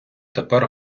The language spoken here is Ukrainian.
тепер